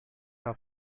are